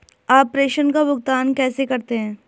आप प्रेषण का भुगतान कैसे करते हैं?